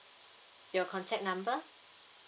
your contact number